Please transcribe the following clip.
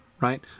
right